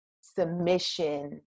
submission